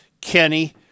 Kenny